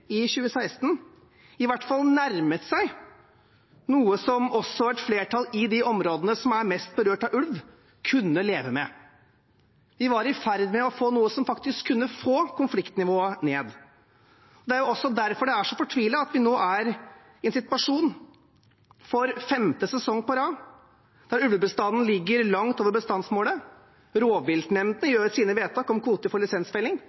i 2016, i hvert fall nærmet seg noe som også et flertall i de områdene som er mest berørt av ulv, kunne leve med. Vi var i ferd med å få noe som faktisk kunne få konfliktnivået ned. Det er derfor det er så fortvilet at vi nå, for femte sesong på rad, er i en situasjon der ulvebestanden ligger langt over bestandsmålet. Rovviltnemndene gjør sine vedtak om kvoter for lisensfelling,